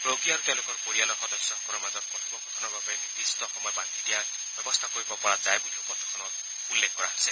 ৰোগী আৰু তেওঁলোকৰ পৰিয়ালৰ সদস্যসকলৰ মাজত কথপোকথনৰ বাবে নিৰ্দিষ্ট সময় বান্ধি দিয়াৰ ব্যৱস্থা কৰিব পৰা যায় বুলিও পত্ৰখনত উল্লেখ কৰা হৈছে